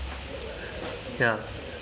ya